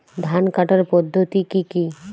ধান কাটার পদ্ধতি কি কি?